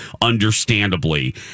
understandably